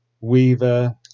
Weaver